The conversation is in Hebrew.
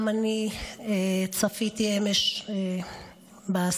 גם אני צפיתי אמש בסרטונים.